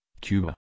Cuba